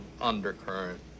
undercurrent